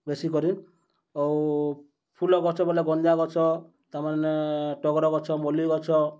ବେଶୀକରି ଆଉ ଫୁଲ ଗଛ ବେଲେ ଗଞ୍ଜାଗଛ ତା'ର୍ମାନେ ଟଗର ଗଛ ମଲ୍ଲି ଗଛ